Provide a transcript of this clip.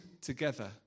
together